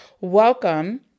welcome